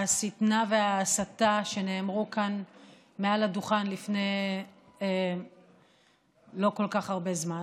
השטנה וההסתה שנאמרו כאן מעל הדוכן לפני לא כל כך הרבה זמן.